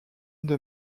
zones